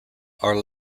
our